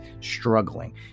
struggling